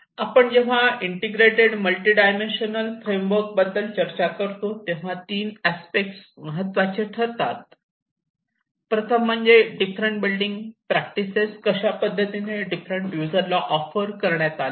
आपण जेव्हा आपण इंटिग्रेटेड मल्टी डायमेन्शनल फ्रेमवर्क बद्दल चर्चा करतो तेव्हा 3 अस्पेक्ट महत्त्वाचे ठरतात प्रथम म्हणजे डिफरंट बिल्डिंग प्रॅक्टिसेस कशा पद्धतीने डिफरंट युजरला ऑफर करण्यात आल्या